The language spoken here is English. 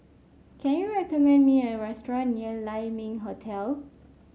can you recommend me a restaurant near Lai Ming Hotel